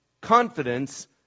confidence